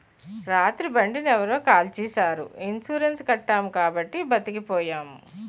రాత్రి బండిని ఎవరో కాల్చీసారు ఇన్సూరెన్సు కట్టాము కాబట్టి బతికిపోయాము